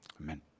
Amen